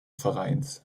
vereins